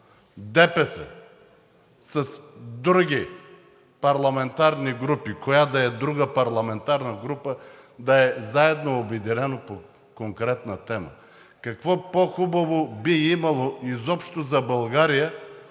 ДПС с други парламентарни групи, но която и да е друга парламентарна група да е заедно обединена по конкретна тема? Какво по-хубаво би имало изобщо за България,